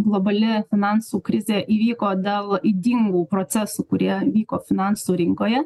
globali finansų krizė įvyko dėl ydingų procesų kurie vyko finansų rinkoje